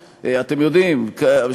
ביולי,